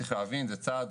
צריך להבין שזה צעד